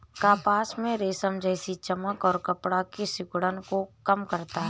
कपास में रेशम जैसी चमक और कपड़ा की सिकुड़न को कम करता है